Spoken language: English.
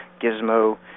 Gizmo